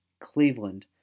Cleveland